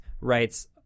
writes